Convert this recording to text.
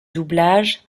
doublage